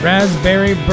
Raspberry